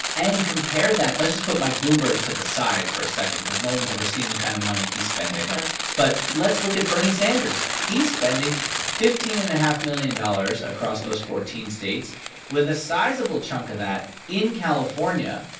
and compare that let's just put mike bloomberg to the side for a second because no one's ever seen the kind of money he's spending yeah but let's look at bernie sanders. he's spending fifteen and point five million dollars across those fourteen states with a sizable chunk of that in california.